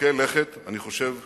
מרחיקי לכת, אני חושב חיוביים,